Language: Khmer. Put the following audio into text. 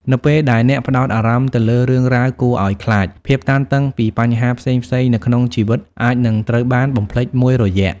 នៅពេលដែលអ្នកផ្តោតអារម្មណ៍ទៅលើរឿងរ៉ាវគួរឲ្យខ្លាច ភាពតានតឹងពីបញ្ហាផ្សេងៗនៅក្នុងជីវិតអាចនឹងត្រូវបានបំភ្លេចមួយរយៈ។